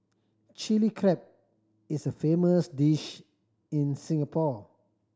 Chilli Crab is a famous dish in Singapore